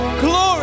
glory